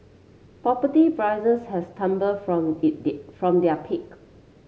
property prices have tumbled from it did from their peak